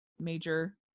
major